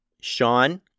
Sean